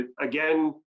again